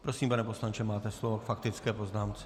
Prosím, pane poslanče, máte slovo k faktické poznámce.